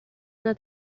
una